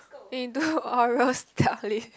eh we do oral stuff leh